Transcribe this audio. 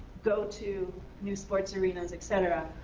go to new sports arenas, etc.